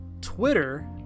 Twitter